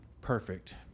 perfect